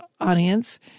audience